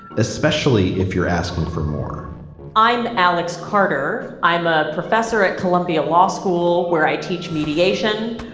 especially if you're asking for more i'm alex carter. i'm a professor at columbia law school where i teach mediation.